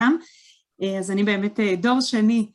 אז אני באמת דור שני